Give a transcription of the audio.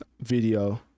video